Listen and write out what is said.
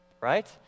right